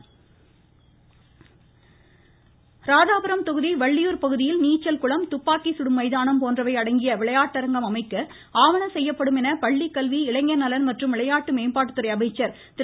ம் ம் ம் ம் ம கேள்விநேரம் ராதாபுரம் தொகுதி வள்ளியூர் பகுதியில் நீச்சல் குளம் துப்பாக்கி சுடும் மைதானம் போன்றவை அடங்கிய விளையாட்டரங்கம் அமைக்க ஆவன செய்யப்படும் என்று பள்ளிக்கல்வி இளைஞர் நலன் மற்றும் விளையாட்டு மேம்பாட்டுத்துறை அமைச்சர் திரு